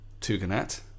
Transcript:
Tuganat